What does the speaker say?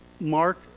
Mark